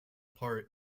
part